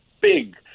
big